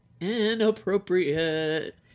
Inappropriate